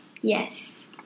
Yes